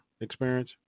experience